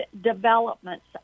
developments